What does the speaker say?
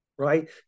Right